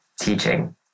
teaching